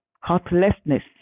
heartlessness